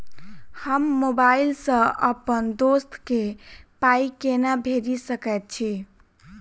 हम मोबाइल सअ अप्पन दोस्त केँ पाई केना भेजि सकैत छी?